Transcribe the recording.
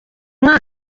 mwana